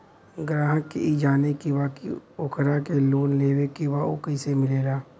ग्राहक के ई जाने के बा की ओकरा के लोन लेवे के बा ऊ कैसे मिलेला?